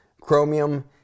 chromium